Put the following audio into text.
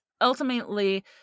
ultimately